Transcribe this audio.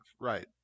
right